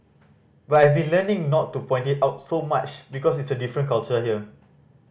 but I've learning not to point it out so much because it is a different culture here